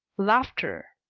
laughter.